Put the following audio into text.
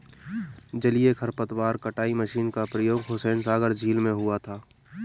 जलीय खरपतवार कटाई मशीन का प्रयोग हुसैनसागर झील में हुआ था